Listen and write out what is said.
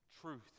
truth